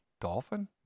Dolphin